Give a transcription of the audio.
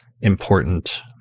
important